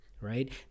right